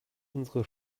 unsere